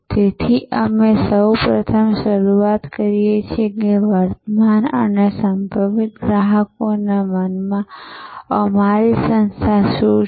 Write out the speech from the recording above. તેથી અમે સૌપ્રથમ શરૂઆત કરીએ છીએ કે વર્તમાન અને સંભવિત ગ્રાહકોના મનમાં અમારી સંસ્થા શું છે